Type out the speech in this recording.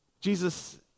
Jesus